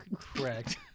Correct